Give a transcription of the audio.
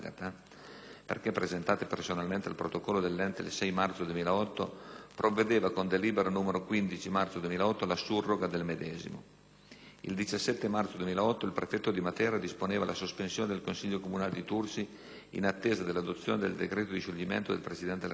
perché presentate personalmente al protocollo dell'ente il 6 marzo 2008 - provvedeva, con delibera del 15 marzo 2008, alla surroga del medesimo. Il 17 marzo 2008, il prefetto di Matera disponeva la sospensione del Consiglio comunale di Tursi, in attesa dell'adozione del decreto di scioglimento del Presidente della Repubblica